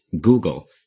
Google